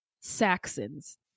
Saxons